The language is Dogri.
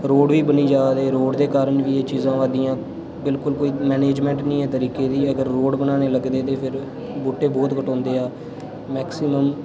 रोड बी बनी जा दे रोड दे कारण बी एह् चीजां होआ दियां बिल्कुल कोई मैनेजमेंट निं ऐ तरीके दी अगर रोड बनाने लगदे ते फिर बूह्टे बहोत कटोंदे ऐ मैक्सिमम